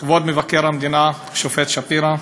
המדינה השופט שפירא,